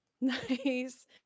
Nice